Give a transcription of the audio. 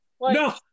No